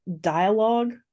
dialogue